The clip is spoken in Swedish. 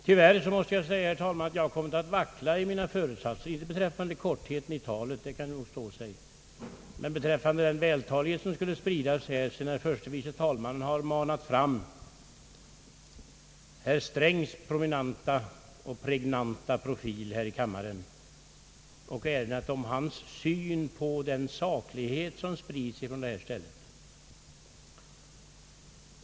Tyvärr måste jag säga att jag kommit att vackla i min uppfattning, inte beträffande kortheten i talet — det kan nog stå sig — men beträffande den vältalighet som skulle spridas här, det ta sedan herr förste vice talmannen manat fram herr Strängs prominenta och pregnanta profil här i kammaren och erinrat om hans syn på sakligheten på det här stället.